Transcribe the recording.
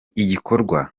igikorwa